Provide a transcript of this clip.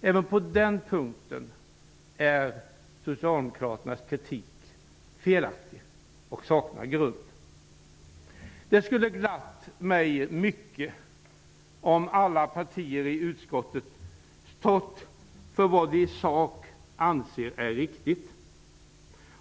Även på den punkten är Socialdemokraternas kritik felaktig. Kritiken saknar grund. Det skulle ha glatt mig mycket om alla partier i utskottet hade stått för vad de i sak anser är riktigt